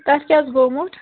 تَتھ کیٛاہ اوس گوٚمُت